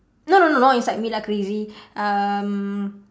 no no no no not inside me lah crazy um